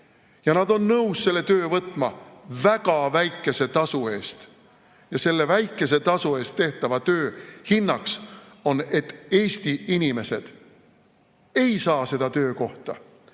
Ja nad on nõus selle töö võtma väga väikese tasu eest. Selle väikese tasu eest tehtava töö hinnaks on see, et Eesti inimesed ei saa seda töökohta